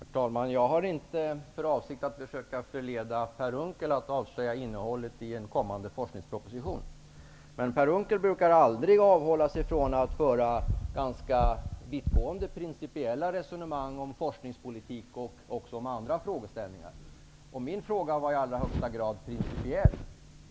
Herr talman! Jag har inte för avsikt att försöka förleda Per Unckel att avslöja innehållet i en kommande forskningsproposition. Men Per Unckel brukar aldrig avhålla sig från att föra ganska vittgående principiella resonemang om forskningspolitik och om andra frågeställningar. Min fråga var i allra högsta grad principiell.